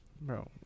Bro